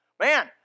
Man